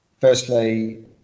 firstly